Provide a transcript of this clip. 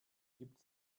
gibt